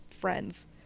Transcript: friends